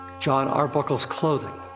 jon arbuckle's clothing.